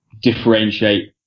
differentiate